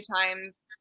times